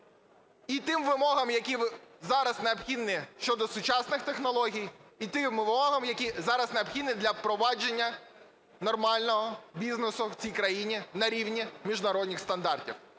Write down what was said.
і тим вимогам, які зараз необхідні щодо сучасних технологій, і тим вимогам, які зараз необхідні для впровадження нормального бізнесу в цій країні на рівні міжнародних стандартів.